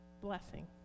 blessing